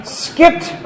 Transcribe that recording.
skipped